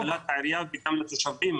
ידוע גם להנהלת העירייה וגם אפילו לתושבים,